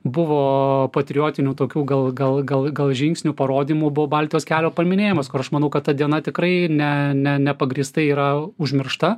buvo patriotinių tokių gal gal gal gal žingsnių parodymų buvo baltijos kelio paminėjimas kur aš manau kad ta diena tikrai ne ne nepagrįstai yra užmiršta